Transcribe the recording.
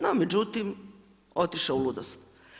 No međutim, otišo u ludost.